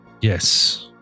yes